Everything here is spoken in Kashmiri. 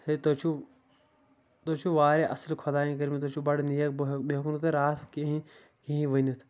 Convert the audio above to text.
ہے تۄہہِ چھُو تُہۍ چھِو واریاہ اصل خۄداین کٔرۍ مٕتۍ تُہۍ چھِو بڑٕ نیک بہٕ ہٮ۪کو مےٚ ہٮ۪کو نہٕ تۄہہِ راتھ کہیٖنۍ کہیٖنۍ ؤنِتھ